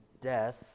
death